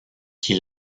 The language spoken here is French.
qui